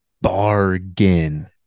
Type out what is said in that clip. bargain